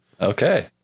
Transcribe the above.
Okay